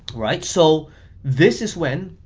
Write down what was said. right. so this is when,